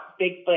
Bigfoot